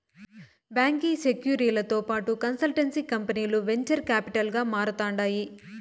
బాంకీ సెక్యూరీలతో పాటు కన్సల్టెన్సీ కంపనీలు వెంచర్ కాపిటల్ గా మారతాండాయి